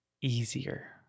easier